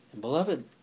Beloved